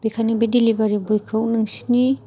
बेनिखायनो बे डेलिभारि बयखौ नोंसोरनि